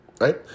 right